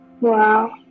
Wow